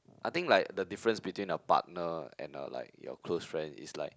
I think like the difference between a partner and a like your close friend is like